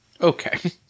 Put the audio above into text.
Okay